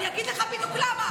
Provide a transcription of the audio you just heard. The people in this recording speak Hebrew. אני אגיד לך בדיוק למה.